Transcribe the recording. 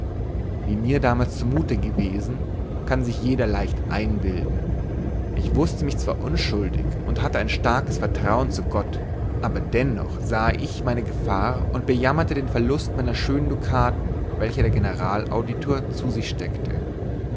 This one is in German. wie mir damals zumut gewesen kann sich jeder leicht einbilden ich wußte mich zwar unschuldig und hatte ein starkes vertrauen zu gott aber dannoch sahe ich meine gefahr und bejammerte den verlust meiner schönen dukaten welche der generalauditor zu sich steckte